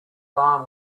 alarm